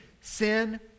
sin